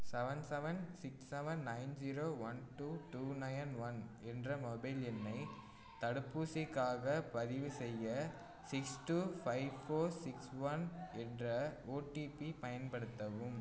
seven seven six seven nine zero one two two nine one என்ற mobile எண்ணை தடுப்பூசிக்காகப் பதிவுசெய்ய six two five four six one என்ற OTP பயன்படுத்தவும்